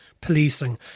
policing